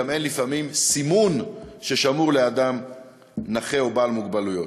וגם אין לפעמים סימון ששמור לאדם נכה ובעל מוגבלויות.